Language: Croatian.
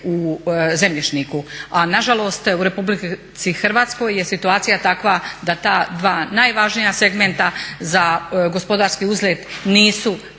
u zemljišniku. A nažalost u RH je situacija takva da ta dva najvažnija segmenta za gospodarski uzlet nisu